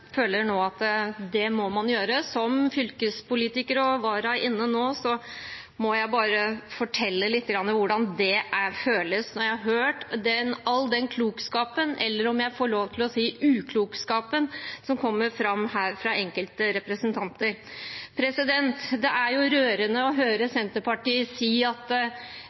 nå at det må jeg gjøre. Som fylkespolitiker og vara inne nå må jeg bare fortelle litt om hvordan det er, etter å ha hørt all den klokskapen eller – om jeg får lov til å si – uklokskapen som kommer fram her fra enkelte representanter. Det er rørende å høre Senterpartiet si at